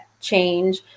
change